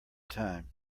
time